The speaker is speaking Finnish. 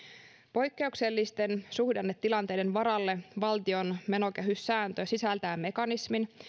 poikkeuksellisten suhdannetilanteiden varalle valtion menokehyssääntö sisältää mekanismin